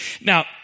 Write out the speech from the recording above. Now